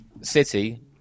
City